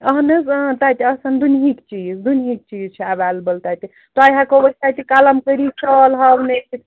اَہن حظ اۭں تَتہِ آسَن دُنہِکۍ چیٖز دُنہِکۍ چیٖز چھِ اٮ۪ویلٕبٕل تَتہِ تۄہہِ ہٮ۪کو أسۍ تَتہِ کَلَم کٲرِی شال ہاونٲوِتھ